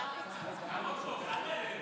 הצעת חוק ההוצאה לפועל (תיקון מס' 72)